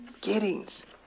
Giddings